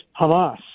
Hamas